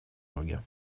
роге